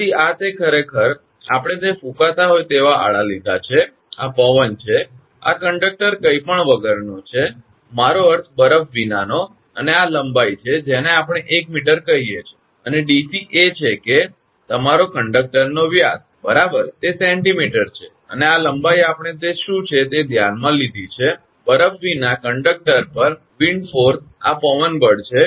તેથી આ તે ખરેખર આપણે તે ફૂંકાતા હોય તેવા આડા લીધા છે આ પવન છે આ કંડક્ટર કંઈપણ વગરનો છે મારો અર્થ બરફ વિનાનો અને આ લંબાઈ છે જેને આપણે 1 મીટર કહીએ છે અને 𝑑𝑐 એ છે કે તમારો કંડક્ટરનો વ્યાસ બરાબર તે સેન્ટીમીટર છે અને આ લંબાઈ આપણે તે શું છે તે ધ્યાનમાં લીધી છે બરફ વિના કંડક્ટર પર પવન બળ આ પવન બળ છે